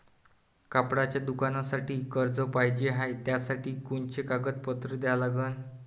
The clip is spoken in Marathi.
कपड्याच्या दुकानासाठी कर्ज पाहिजे हाय, त्यासाठी कोनचे कागदपत्र द्या लागन?